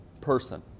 person